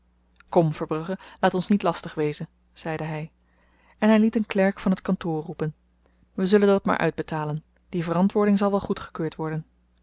laat ons niet lastig wezen zeide hy en hy liet een klerk van t kantoor roepen we zullen dat maar uitbetalen die verantwoording zal wel goedgekeurd worden